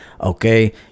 Okay